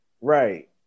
Right